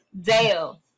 Dale